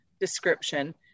description